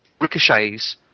Ricochets